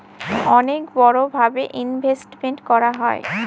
অনেক বড়ো ভাবে ইনভেস্টমেন্ট করা হয়